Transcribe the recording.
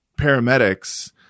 paramedics